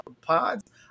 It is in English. pods